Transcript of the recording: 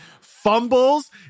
fumbles